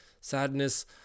Sadness